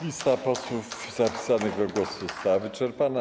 Lista posłów zapisanych do głosu została wyczerpana.